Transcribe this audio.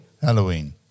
Halloween